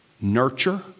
nurture